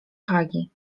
hagi